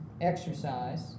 exercise